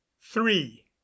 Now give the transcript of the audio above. Three